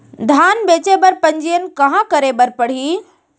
धान बेचे बर पंजीयन कहाँ करे बर पड़ही?